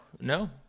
No